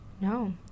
No